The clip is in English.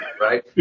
Right